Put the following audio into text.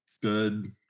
good